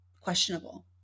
questionable